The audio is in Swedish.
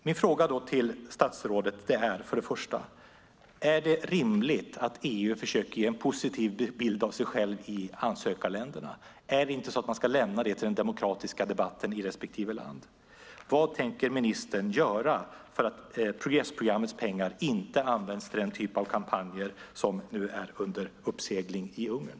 Mina frågor till statsrådet är: Är det rimligt att EU försöker ge en positiv bild av sig själv i ansökarländerna? Är det inte så att man ska lämna det till den demokratiska debatten i respektive land? Vad tänker ministern göra för att Progressprogrammets pengar inte används till den typ av kampanjer som nu är under uppsegling i Ungern?